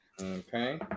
Okay